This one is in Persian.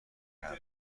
کردم